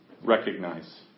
recognize